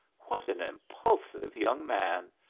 what an impulsive young man!